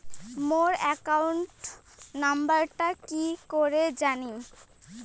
মোর account নাম্বারটা কি করি জানিম?